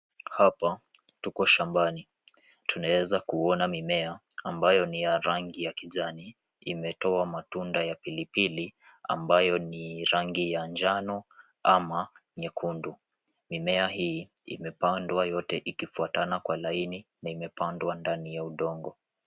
Hapa tuko shambani tunaeza kuona mimea ambayo ni ya rangi ya kijani imetoa matunda ya pili pili ambayo ni rangi ya njano ama nyekundu mimea hii imepandwa yote ikifutana kwa laini na imepandwa ndani ya udongo